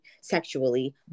sexually